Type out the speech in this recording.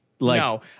No